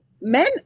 men